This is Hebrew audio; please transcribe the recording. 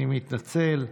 אני מתנצל.